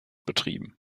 betrieben